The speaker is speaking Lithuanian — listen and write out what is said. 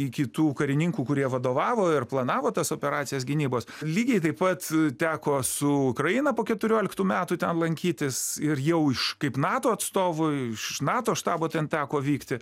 iki tų karininkų kurie vadovavo ir planavo tas operacijas gynybos lygiai taip pat teko su ukraina po keturioliktų metų ten lankytis ir jau iš kaip nato atstovui iš nato štabo ten teko vykti